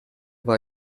war